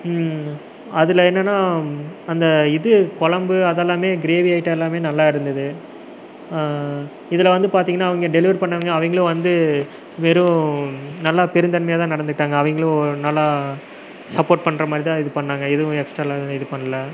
அதில் என்னென்னா அந்த இது கொழம்பு அதெல்லாமே கிரேவி ஐட்டம் எல்லாமே நல்லாயிருந்துது இதில் வந்து பார்த்திங்கனா அவங்க டெலிவரி பண்ணவங்க அவங்களும் வந்து வெறும் நல்லா பெருத்தன்மையாக தான் நடந்துக்கிட்டாங்க அவங்களும் நல்லா சப்போர்ட் பண்ணுற மாதிரி தான் இது பண்ணிணாங்க எதுவும் எக்ஸ்ட்ராவெலாம் இது பண்ணல